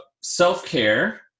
self-care